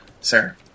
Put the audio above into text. sir